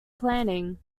planning